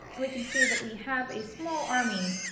and we can see that we have a small army